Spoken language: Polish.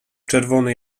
czerwony